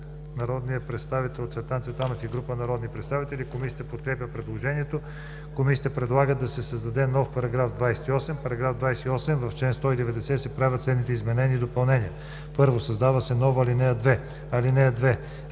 народния представител Цветан Цветанов и група народни представители. Комисията подкрепя предложението. Комисията предлага да се създаде нов § 28: „§ 28. В чл. 190 се правят следните изменения и допълнения: 1. Създава се нова ал. 2: „(2)